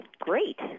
Great